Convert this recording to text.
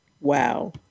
Wow